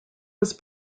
was